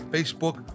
Facebook